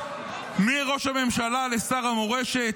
מראש הממשלה לשר המורשת.